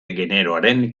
generoaren